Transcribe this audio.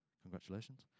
Congratulations